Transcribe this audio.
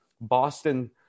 Boston